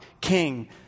King